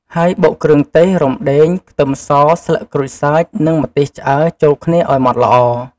ហើយបុកគ្រឿងទេស រំដេង ខ្ទឹមស ស្លឹកក្រូចសើច និងម្ទេសឆ្អើរ ចូលគ្នាឱ្យម៉ដ្ឋល្អ។